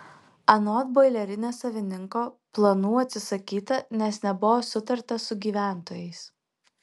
anot boilerinės savininko planų atsisakyta nes nebuvo sutarta su gyventojais